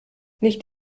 nicht